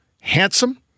handsome